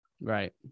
Right